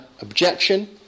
objection